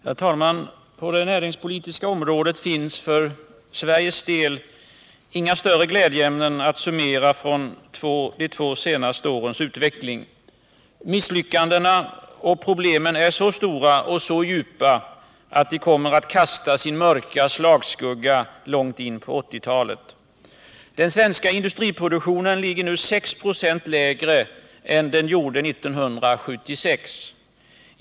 Herr talman! På det näringspolitiska området finns för Sveriges del inga större glädjeämnen att summera från de två senaste årens utveckling. Misslyckandena och problemen är så stora och så djupa att de kommer att kasta sin mörka slagskugga långt in på 1980-talet. Den svenska industriproduktionen ligger nu 6 ?6 lägre än den gjorde 1976.